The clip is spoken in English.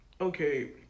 okay